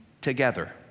together